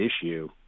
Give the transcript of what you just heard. issue